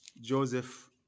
Joseph